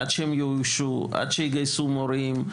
עד שהם יאוישו, עד יגייסו מורים,